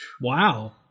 Wow